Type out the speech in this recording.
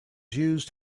used